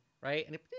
right